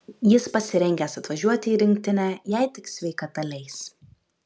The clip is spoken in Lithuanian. jis pasirengęs atvažiuoti į rinktinę jei tik sveikata leis